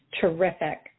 Terrific